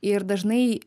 ir dažnai